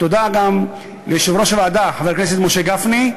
תודה גם ליושב-ראש הוועדה, חבר הכנסת משה גפני,